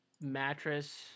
mattress